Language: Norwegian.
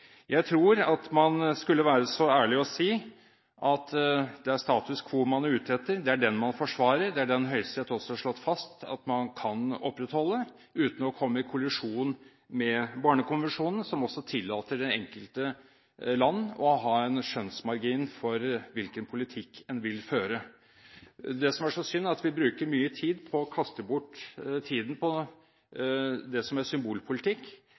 man er ute etter, det er den man forsvarer, det er den Høyesterett også har slått fast at man kan opprettholde, uten å komme i kollisjon med barnekonvensjonen, som også tillater det enkelte land å ha en skjønnsmargin for hvilken politikk en vil føre. Det som er så synd, er at vi bruker mye tid på det som er symbolpolitikk. Meldingen er ikke god. Hvis man vil gjøre endringer, skal man heller bruke forskrift, hvis man er